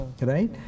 right